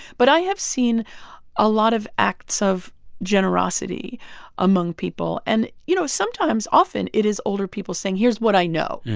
but i have seen a lot of acts of generosity among people. and, you know, sometimes often it is older people saying, here's what i know.